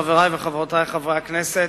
חברי וחברותי חברי הכנסת,